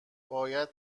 باید